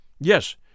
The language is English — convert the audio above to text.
yes